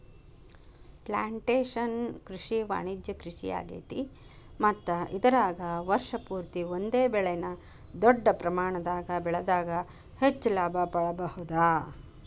plantation ಕೃಷಿ ವಾಣಿಜ್ಯ ಕೃಷಿಯಾಗೇತಿ ಮತ್ತ ಇದರಾಗ ವರ್ಷ ಪೂರ್ತಿ ಒಂದೇ ಬೆಳೆನ ದೊಡ್ಡ ಪ್ರಮಾಣದಾಗ ಬೆಳದಾಗ ಹೆಚ್ಚ ಲಾಭ ಪಡಿಬಹುದ